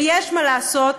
ויש מה לעשות,